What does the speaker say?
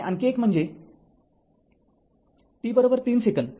आणि आणखी एक म्हणजे t ३ सेकंद